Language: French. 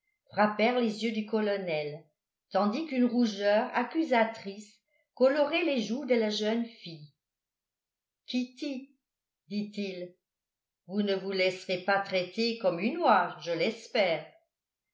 frappèrent les yeux du colonel tandis qu'une rougeur accusatrice colorait les joues de la jeune fille kitty dit-il vous ne vous laisserez pas traiter comme une oie je l'espère